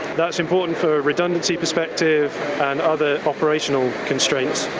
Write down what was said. that's important for a redundancy perspective and other operational constraints.